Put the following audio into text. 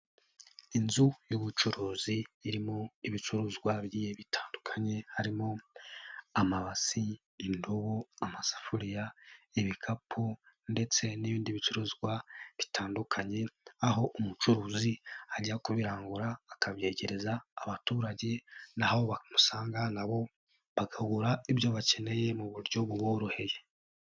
Inzu y'ubucuruzi irimo ibicuruzwa bigiye bitandukanye harimo amabasi, indobo, amasafuriya, ibikapu ndetse n'ibindi bicuruzwa bitandukanye aho umucuruzi ajya kubirangura akabyegereza abaturage n'aho bamusanga na bo bakabura ibyo bakeneye mu buryo buboroheye.